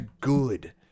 good